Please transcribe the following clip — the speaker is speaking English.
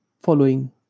following